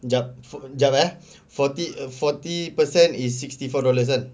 jap jap ah forty err forty percent is sixty four dollars lah